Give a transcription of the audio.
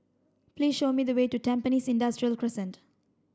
please show me the way to Tampines Industrial Crescent